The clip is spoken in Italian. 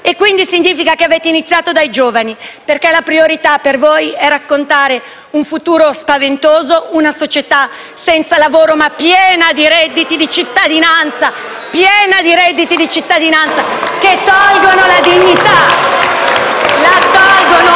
quindi significa che avete iniziato dai giovani, perché la priorità per voi è raccontare un futuro spaventoso, una società senza lavoro, ma piena di redditi di cittadinanza, che tolgono la dignità. La tolgono,